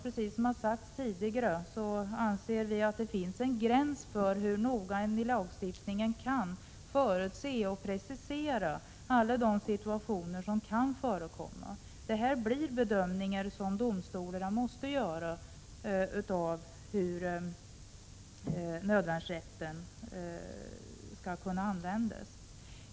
Precis som sagts tidigare anser vi att det finns en gräns för hur noga man i lagstiftningen kan förutse och precisera alla de situationer som kan förekomma. Domstolarna måste göra dessa bedömningar av hur nödvärnsrätten skall kunna användas.